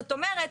זאת אומרת,